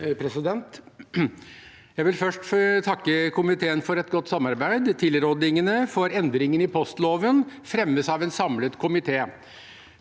Jeg vil først takke ko- miteen for et godt samarbeid. Tilrådingene for endringer i postloven fremmes av en samlet komité.